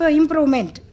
improvement